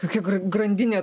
kokia gr grandinė